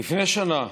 לפני שנה,